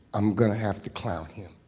i'm gonna have to clown him.